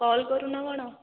call କରୁନ କ'ଣ